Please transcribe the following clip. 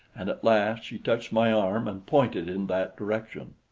and at last she touched my arm and pointed in that direction.